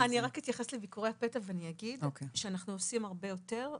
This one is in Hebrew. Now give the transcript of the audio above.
אני אתייחס לביקורי הפתע ואגיד שאנחנו עושים הרבה יותר.